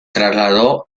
trasladó